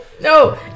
No